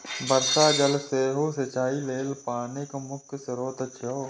वर्षा जल सेहो सिंचाइ लेल पानिक प्रमुख स्रोत छियै